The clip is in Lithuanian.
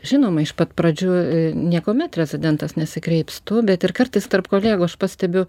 žinoma iš pat pradžių niekuomet rezidentas nesikreips tu bet ir kartais tarp kolegų aš pastebiu